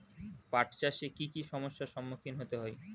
পাঠ চাষে কী কী সমস্যার সম্মুখীন হতে হয়?